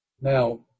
Now